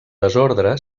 desordre